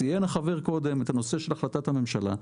ציין החבר קודם את הנושא של החלטת הממשלה.